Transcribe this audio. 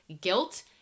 guilt